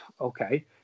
okay